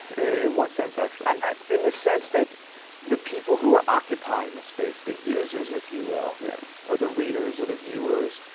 in what sense actually? and heffner in the sense that the people who are occupying the space, the users if you will, yeah or the readers or the viewers,